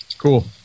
cool